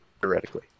Theoretically